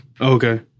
Okay